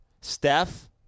Steph